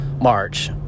March